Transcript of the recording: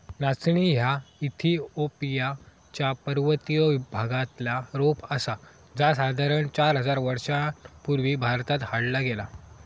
नाचणी ह्या इथिओपिया च्या पर्वतीय भागातला रोप आसा जा साधारण चार हजार वर्षां पूर्वी भारतात हाडला गेला